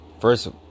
First